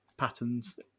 Patterns